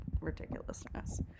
ridiculousness